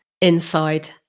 Inside